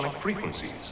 Frequencies